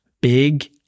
big